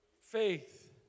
Faith